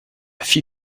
fit